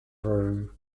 room